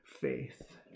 faith